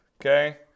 Okay